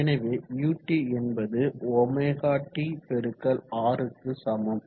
எனவே ut என்பது ωt×r க்கு சமம்